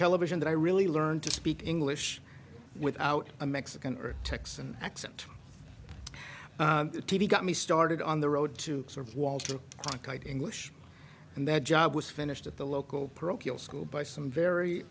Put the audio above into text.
television that i really learned to speak english without a mexican or texan accent t v got me started on the road to sort of walter cronkite english and that job was finished at the local parochial school by some very